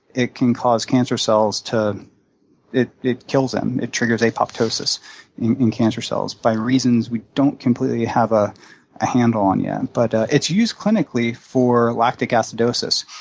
it can cause cancer cells to it it kills them. it triggers apoptosis in cancer cells by reasons we don't completely have a handle on yet. but it's used clinically for lactic acidosis.